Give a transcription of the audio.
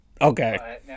Okay